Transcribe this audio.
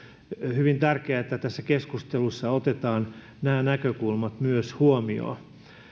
hyvin tärkeää että tässä keskustelussa otetaan myös nämä näkökulmat huomioon